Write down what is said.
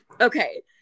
Okay